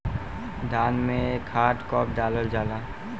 धान में खाद कब डालल जाला?